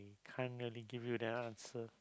can't really give you that answer